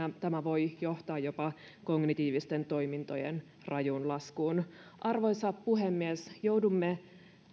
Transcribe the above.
tämä voi johtaa jopa kognitiivisten toimintojen rajuun laskuun arvoisa puhemies joudumme